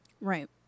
Right